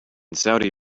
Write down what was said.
saudi